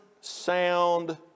sound